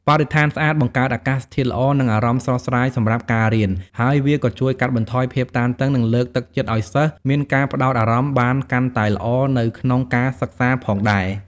បរិស្ថានស្អាតបង្កើតអាកាសធាតុល្អនឹងអារម្មណ៍ស្រស់ស្រាយសម្រាប់ការរៀន ហើយវាក៏ជួយកាត់បន្ថយភាពតានតឹង និងលើកទឹកចិត្តឲ្យសិស្សមានការផ្ដោតអារម្មណ៍បានកាន់តែល្អនៅក្នុងការសិក្សាផងដែរ។